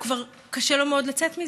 כבר קשה לו מאוד לצאת מזה,